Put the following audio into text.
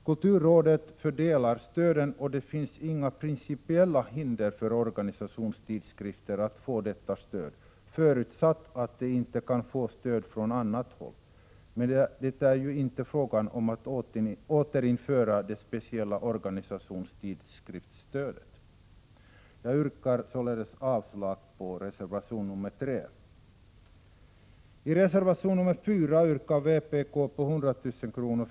Kulturrådet fördelar stödet, och det finns inga principiella hinder för att organisationstidskrifter skall få detta stöd, förutsatt att de inte kan få stöd från annat håll. Men det är ju inte fråga om att återinföra det speciella organisationstidskriftsstödet. Jag yrkar således avslag på reservation nr 3. I reservation nr 4 föreslår vpk 100 000 kr.